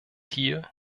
hier